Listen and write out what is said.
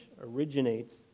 originates